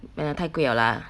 mm 太贵 liao lah